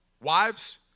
Wives